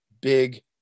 big